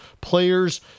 players